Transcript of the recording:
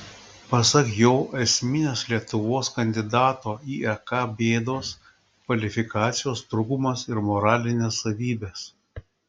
pasak jo esminės lietuvos kandidato į ek bėdos kvalifikacijos trūkumas ir moralinės savybės